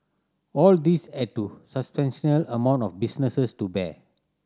all these add to amount of businesses to bear